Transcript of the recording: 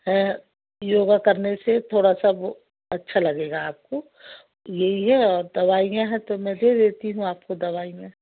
हैं योगा करने से तोड़ा सा वह अच्छा लगेगा आपको यही है और दवाइयाँ तो मैं दे देती हूँ आपको दवाई मैं